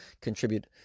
contribute